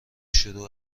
شروع